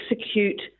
execute